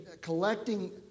collecting